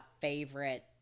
favorite